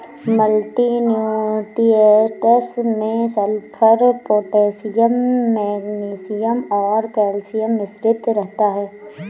multi nutrients में sulphur, potassium magnesium और calcium मिश्रित रहता है